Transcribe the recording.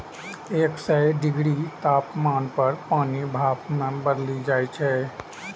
एक सय डिग्री तापमान पर पानि भाप मे बदलि जाइ छै